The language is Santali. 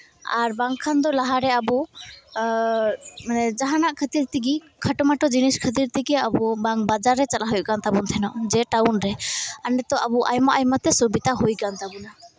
ᱟᱨ ᱵᱟᱝᱠᱷᱟᱱ ᱫᱚ ᱞᱟᱦᱟᱨᱮ ᱟᱵᱚ ᱢᱟᱱᱮ ᱡᱟᱦᱟᱱᱟᱜ ᱠᱷᱟᱹᱛᱤᱨ ᱛᱮᱜᱮ ᱠᱷᱟᱴᱚ ᱢᱟᱴᱚ ᱡᱤᱱᱤᱥ ᱠᱷᱟᱹᱛᱤᱨ ᱛᱮᱜᱮ ᱟᱵᱚ ᱵᱟᱝ ᱵᱟᱡᱟᱨ ᱨᱮ ᱪᱟᱞᱟᱜ ᱦᱩᱭᱩᱜ ᱠᱟᱱ ᱛᱟᱵᱳᱱ ᱛᱟᱦᱮᱱᱟ ᱡᱮ ᱴᱟᱣᱩᱱ ᱨᱮ ᱟᱨ ᱱᱤᱛᱚᱜ ᱟᱵᱚ ᱟᱭᱢᱟ ᱟᱭᱢᱟ ᱛᱮ ᱥᱩᱵᱤᱛᱟ ᱦᱩᱭ ᱠᱟᱱ ᱛᱟᱵᱳᱱᱟ